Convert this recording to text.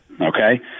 Okay